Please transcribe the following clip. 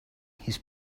his